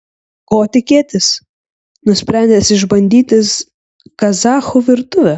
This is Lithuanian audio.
ko tikėtis nusprendęs išbandyti kazachų virtuvę